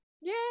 yay